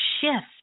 shift